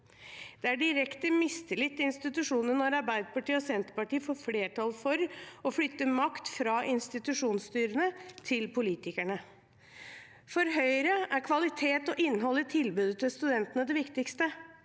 (universitets- og høyskoleloven) 2299 partiet og Senterpartiet får flertall for å flytte makt fra institusjonsstyrene til politikerne. For Høyre er kvalitet og innhold i tilbudet til studentene det viktigste.